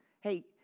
Hey